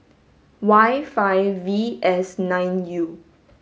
Y five V S nine U